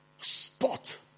spot